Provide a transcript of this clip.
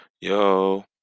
Yo